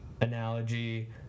analogy